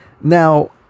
now